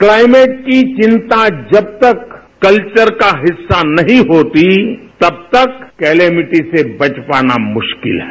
climate की चिंता जब तक कल्वर का हिस्सा नहीं होती तब तक क्लेमिटी से बच पाना मुश्किल है